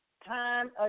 Time